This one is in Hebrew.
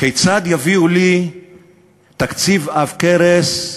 כיצד יביאו לי תקציב עב כרס,